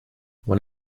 when